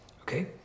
Okay